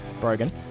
brogan